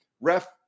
ref